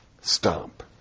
Stomp